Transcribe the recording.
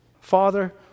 Father